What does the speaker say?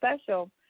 special